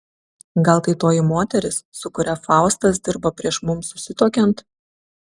gal tai toji moteris su kuria faustas dirbo prieš mums susituokiant